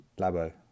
Labo